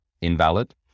invalid